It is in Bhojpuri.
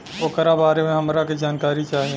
ओकरा बारे मे हमरा के जानकारी चाही?